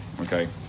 okay